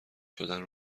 شدن